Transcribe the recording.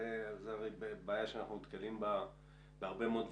זאת בעיה שאנחנו נתקלים בה בהרבה מאוד דברים.